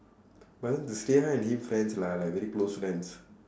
but then and Lynn friends lah like very close friends